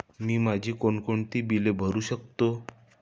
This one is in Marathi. मी माझी कोणकोणती बिले भरू शकतो?